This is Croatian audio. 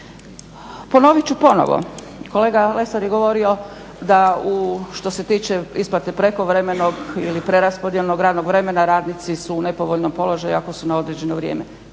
Ponovit ću ponovo, kolega Lesar je govorio da u, što se tiče isplate prekovremenog ili preraspodjelnog radnog vremena, radnici su u nepovoljnom položaju ako su na određeno vrijeme.